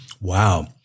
Wow